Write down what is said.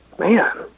Man